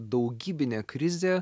daugybinė krizė